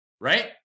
Right